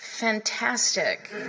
fantastic